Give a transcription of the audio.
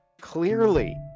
Clearly